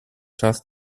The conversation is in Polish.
czas